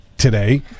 today